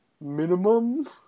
minimum